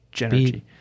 energy